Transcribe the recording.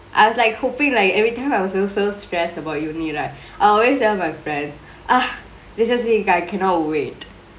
I was like hopingk like everytime I was so stressed about uni right I always tell my friends ah recess week I cannot wait